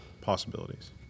possibilities